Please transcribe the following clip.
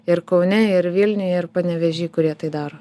ir kaune ir vilniuj ir panevėžy kurie tai daro